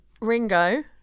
Ringo